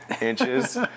inches